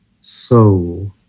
soul